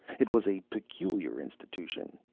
it was a peculiar institution,